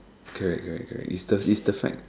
correct correct correct it's the it's the fact